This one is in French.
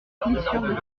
plissures